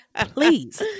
please